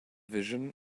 vision